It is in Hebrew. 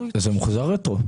זה מוחזר רטרו.